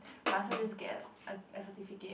must as well just get a a certificate